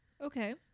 Okay